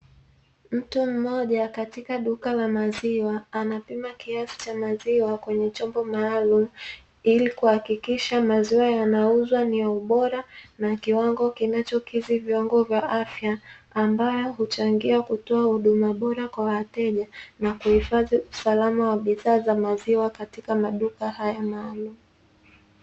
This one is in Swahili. Mtu mmoja katika duka la maziwa anapima kiasi cha maziwa kwenye chombo maalum, ili kuhakikisha maziwa yanayouzwa ni ya ubora, na kiwango kinachokidhi viwango vya afya ambayo huchangia kutoa huduma bora kwa wateja na kuhifadhi usalama wa bidhaa za maziwa katika maduka haya maalumu.